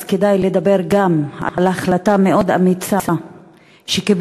אז כדאי לדבר גם על החלטה מאוד אמיצה שקיבלה